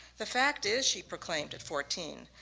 the fact is, she proclaimed at fourteen,